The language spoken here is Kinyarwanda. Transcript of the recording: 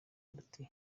ruti